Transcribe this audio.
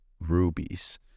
rubies